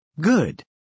Good